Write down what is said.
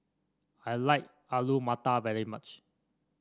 I like Alu Matar very much